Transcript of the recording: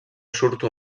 surto